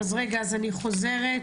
אני חוזרת